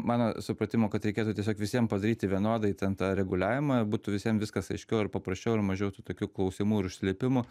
mano supratimu kad reikėtų tiesiog visiem padaryti vienodai ten tą reguliavimą būtų visiem viskas aiškiau ir paprasčiau ir mažiau tų tokių klausimų ir užslėpimų